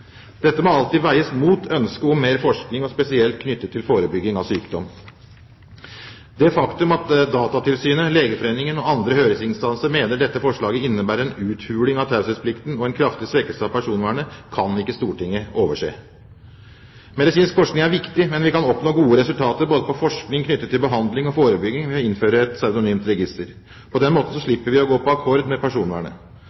Dette må alltid veies mot ønsket om mer forskning spesielt knyttet til forebygging av sykdom. Det faktum at Datatilsynet, Legeforeningen og andre høringsinstanser mener at dette forslaget innebærer en uthuling av taushetsplikten og en kraftig svekkelse av personvernet, kan ikke Stortinget overse. Medisinsk forskning er viktig, men ved å innføre et pseudonymt register kan vi oppnå gode forskningsresultater knyttet både til behandling og forebygging. På den måten slipper vi å gå på